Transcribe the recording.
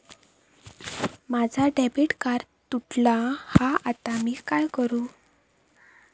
माझा debit card तुटला हा आता मी काय करू?